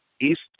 East